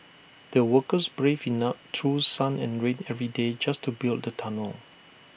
the workers braved through sun and rain every day just to build the tunnel